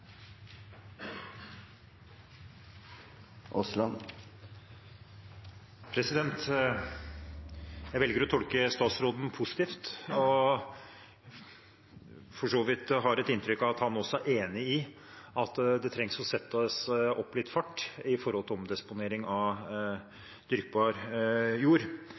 jeg har for så vidt et inntrykk av at han også er enig i at en trenger å sette opp farten litt når det gjelder omdisponering av dyrkbar jord.